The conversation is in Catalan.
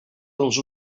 dels